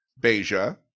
Beja